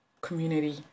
community